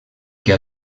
que